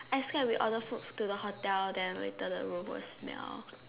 I scared we order food to the hotel then later the room will smell